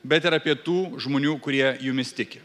bet ir apie tų žmonių kurie jumis tiki